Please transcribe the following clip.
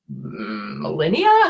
millennia